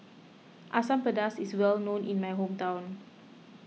Asam Pedas is well known in my hometown